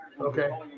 Okay